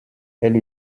elle